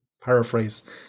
paraphrase